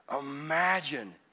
imagine